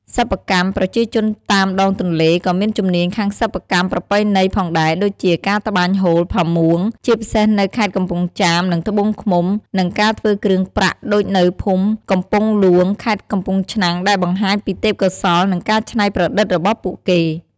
សិប្បកម្ម ប្រជាជនតាមដងទន្លេក៏មានជំនាញខាងសិប្បកម្មប្រពៃណីផងដែរ ដូចជា ការត្បាញហូល ផាមួង ជាពិសេសនៅខេត្តកំពង់ចាម និងត្បូងឃ្មុំ និង ការធ្វើគ្រឿងប្រាក់ ដូចនៅភូមិកំពង់ហ្លួង ខេត្តកំពង់ឆ្នាំង ដែលបង្ហាញពីទេពកោសល្យ និងការច្នៃប្រឌិតរបស់ពួកគេ។